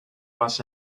was